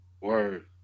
Word